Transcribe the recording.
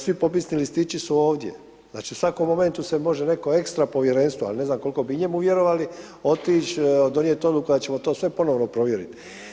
Svi popisni listići su ovdje, znači, u svakom momentu se može neko ekstra povjerenstvo, ali ne znam koliko bi i njemu vjerovali, otić donijeti odluku da ćemo sve to ponovno provjeriti.